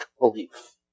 belief